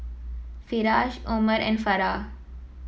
Firash Omar and Farah